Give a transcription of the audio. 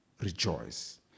rejoice